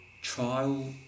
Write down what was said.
trial